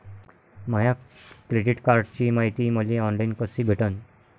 माया credit कार्डची मायती मले ऑनलाईन कसी भेटन?